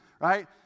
right